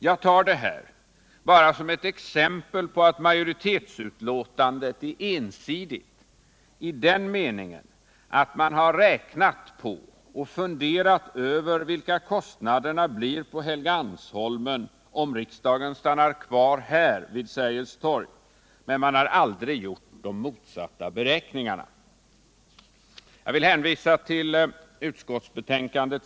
Jag tar detta bara som ett exempel på att majoritetsutlåtandet är ensidigt i den meningen att man har räknat på och funderat över vilka kostnader det blir på Helgeandsholmen, om riksdagen stannar kvar här vid Sergels torg, medan man däremot aldrig har gjort de motsatta beräkningarna. Jag vill hänvisa till s. 49 i utskotltsbetänkandet.